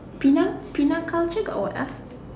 Penang Penang culture got what ah